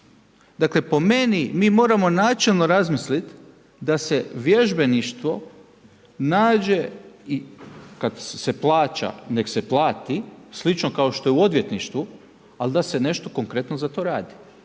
Dakle po meni, mi moramo načelno razmisliti da se vježbeništvo nađe i, kada se plaća neka se plati, slično kao što je u odvjetništvu, ali da se nešto konkretno za to radi.